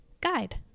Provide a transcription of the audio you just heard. guide